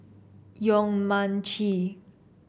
Yong Mun Chee